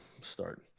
start